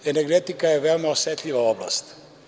Energetika je veoma osetljiva oblast.